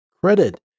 credit